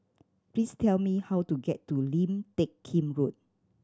please tell me how to get to Lim Teck Kim Road